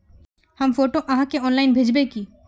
हम फोटो आहाँ के ऑनलाइन भेजबे की?